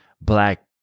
black